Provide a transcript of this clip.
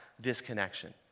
disconnection